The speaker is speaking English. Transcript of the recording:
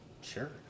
Sure